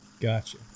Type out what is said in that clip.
Gotcha